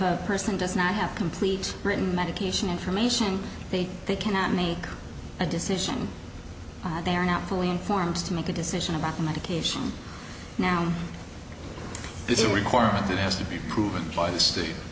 a person does not have complete written medication information they they cannot make a decision they are not fully informed to make a decision about the medication now this is a requirement that has to be proven by the state